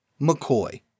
McCoy